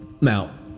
Now